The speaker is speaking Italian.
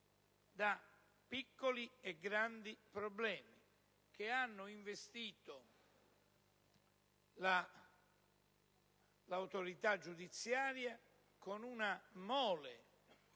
da piccoli e grandi problemi, che hanno investito l'autorità giudiziaria con una mole